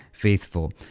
faithful